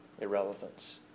irrelevance